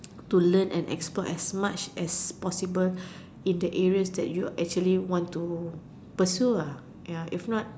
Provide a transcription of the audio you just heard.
to learn and explore as much as possible in the areas that you're actually want to pursue ah ya if not